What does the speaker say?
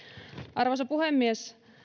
arvoisa puhemies